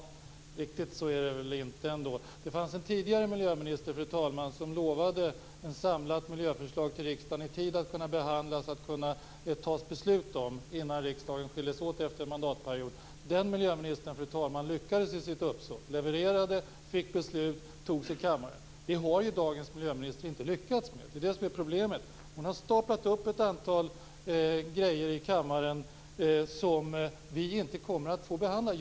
Nja, riktigt så är det väl inte. Det fanns en tidigare miljöminister som lovade att lägga fram ett samlat miljöförslag till riksdagen i tid för att kunna behandlas och beslutas innan riksdagen skildes åt efter en mandatperiod. Denna miljöminister lyckades i sitt uppsåt att leverera ett förslag som det fattades beslut om i kammaren. Det har ju dagens miljöminister inte lyckats med. Det är det som är problemet. Hon har stoppat ett antal förslag som inte kommer att bli behandlade.